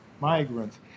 migrants